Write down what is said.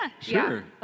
Sure